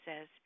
says